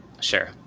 Sure